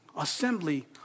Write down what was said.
assembly